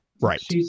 Right